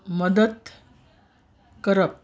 मदत करप